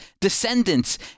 descendants